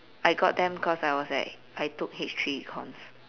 I got them cause I was at I took H three econs